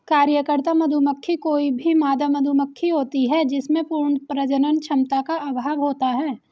कार्यकर्ता मधुमक्खी कोई भी मादा मधुमक्खी होती है जिसमें पूर्ण प्रजनन क्षमता का अभाव होता है